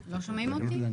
מעשור בליווי גם